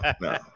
no